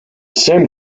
same